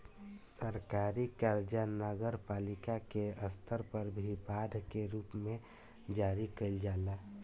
सरकारी कर्जा नगरपालिका के स्तर पर भी बांड के रूप में जारी कईल जाला